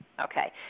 Okay